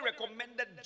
recommended